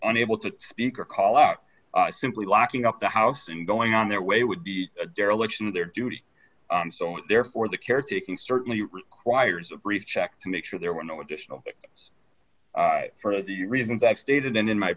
unable to speak or call are simply locking up the house and going on their way would be a dereliction of their duty and so therefore the caretaking certainly requires a brief check to make sure there were no additional for the reasons i stated in my